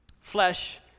Flesh